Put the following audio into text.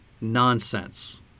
nonsense